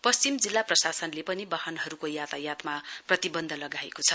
पश्चिम जिल्ला प्रशानले पनि बाहनहरूको यातायातमा प्रतिबन्ध लगाएको छ